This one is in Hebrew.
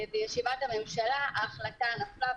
בישיבת הממשלה ההחלטה נפלה,